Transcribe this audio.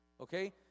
okay